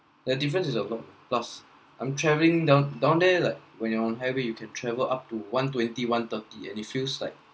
the difference is a lot plus I'm travelling down down there like when you are on highway you can travel up to one twenty-one thirty and it feels like